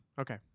Okay